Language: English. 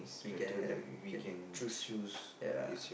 we can have choose ya